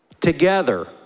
together